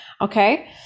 okay